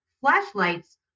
flashlights